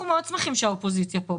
אנחנו מאוד שמחים שהאופוזיציה כאן.